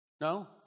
No